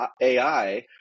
AI